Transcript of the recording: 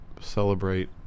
celebrate